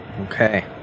okay